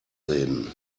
reden